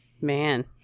Man